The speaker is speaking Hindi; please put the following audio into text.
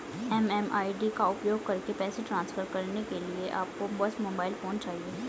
एम.एम.आई.डी का उपयोग करके पैसे ट्रांसफर करने के लिए आपको बस मोबाइल फोन चाहिए